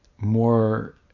More